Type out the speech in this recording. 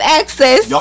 access